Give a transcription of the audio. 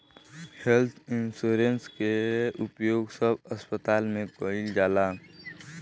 health insurance के उपयोग सब अस्पताल में कईल जाता